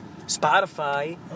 Spotify